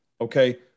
okay